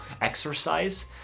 exercise